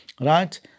right